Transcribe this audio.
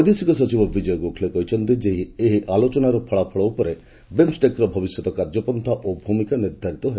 ବୈଦେଶିକ ସଚିବ ବିଜୟ ଗୋଖଲେ କହିଛନ୍ତି ଏହି ଆଲୋଚନାର ଫଳାଫଳ ଉପରେ ବିମ୍ଷେକ୍ର ଭବିଷ୍ୟତର କାର୍ଯ୍ୟପନ୍ଥା ଓ ଭୂମିକା ନିର୍ଦ୍ଧାରିତ ହେବ